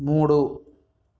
మూడు